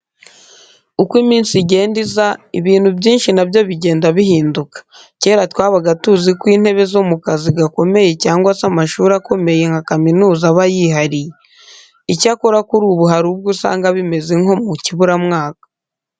Uko iminsi igenda iza, ibintu byinshi na byo bigenda bihinduka. Kera twabaga tuzi ko intebe zo mu kazi gakomeye cyangwa se amashuri akomeye nka kaminuza aba yihariye. Icyakora kuri ubu hari ubwo usanga bimeze nko mu kiburamwaka.